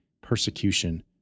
persecution